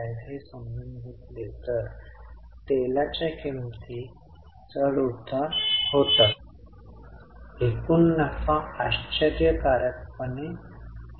आता कर्जदार आणि लेनदारांचे समायोजन केल्यावर आपल्याला ऑपरेशन मधून उत्पन्न मिळते परंतु करापूर्वी